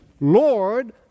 Lord